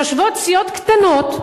יושבות סיעות קטנות,